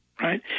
Right